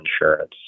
insurance